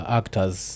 actors